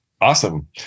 Awesome